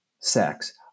sex